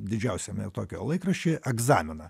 didžiausiame tokijo laikraščiuje egzaminą